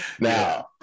Now